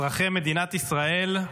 אזרחי מדינת ישראל.